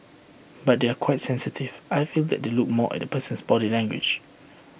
but they are quite sensitive I feel that they look more at the person's body language